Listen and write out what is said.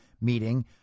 meeting